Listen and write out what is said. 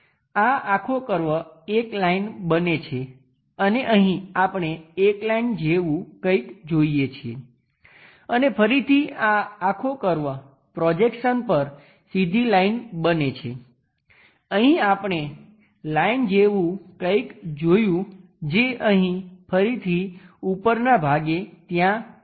આ આખો કર્વ એક લાઈન બને છે અને અહીં આપણે એક લાઈન જેવું કંઇક જોઈએ છીએ અને ફરીથી આ આખો કર્વ પ્રોજેક્શન પર સીધી લાઈન બને છે અહીં આપણે લાઈન જેવું કંઈક જોયું જે અહીં ફરીથી ઉપરનાં ભાગે ત્યાં આવે છે